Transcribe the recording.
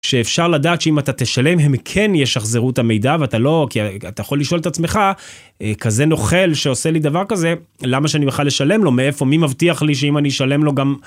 שאפשר לדעת שאם אתה תשלם הם כן ישחזרו את המידע ואתה לא כי אתה יכול לשאול את עצמך, כזה נוכל שעושה לי דבר כזה, למה שאני בכלל אשלם לו, מאיפה, מי מבטיח לי שאם אני אשלם לו גם,